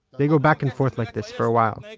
they go back and forth like this for a while.